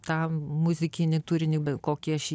tą muzikinį turinį bet kokį aš jį ten